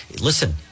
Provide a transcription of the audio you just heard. Listen